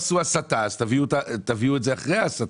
הסטה, תביאו את זה אחרי ההסטה.